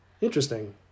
Interesting